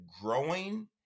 growing